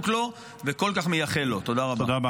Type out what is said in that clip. אני מבקש מהרמטכ"ל ומראש אגף מבצעים לחשוב מחדש על התוכנית,